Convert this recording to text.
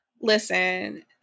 Listen